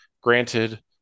granted